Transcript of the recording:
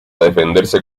defenderse